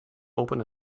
open